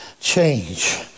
change